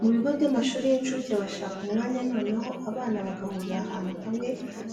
Mu bigo by'amashuri y'inshuke bashaka umwanya noneho abana bagahurira ahantu hamwe